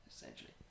essentially